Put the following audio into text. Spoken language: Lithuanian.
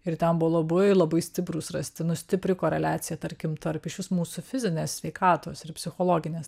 ir ten buvo labai labai stiprūs rasti nu stipri koreliacija tarkim tarp išvis mūsų fizinės sveikatos ir psichologinės